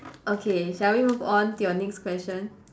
okay shall we move on to your next question